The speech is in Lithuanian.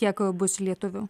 kiek bus lietuvių